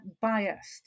biased